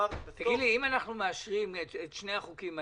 אם אנחנו מאשרים את שני החוקים האלה,